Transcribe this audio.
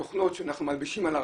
התוכנות שאנחנו מלבישים על הרחפנים,